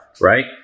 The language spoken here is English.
right